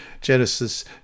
Genesis